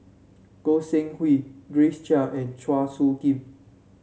Goi Seng Hui Grace Chia and Chua Soo Khim